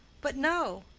but no!